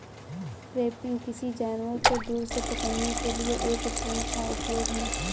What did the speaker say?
trapping, किसी जानवर को दूर से पकड़ने के लिए एक उपकरण का उपयोग है